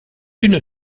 une